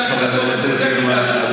אני חוזר בי מה"קשקוש".